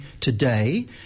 today